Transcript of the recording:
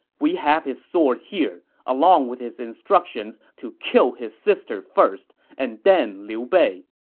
we have his sword here, along with his instructions to kill his sister first, and then liu bei.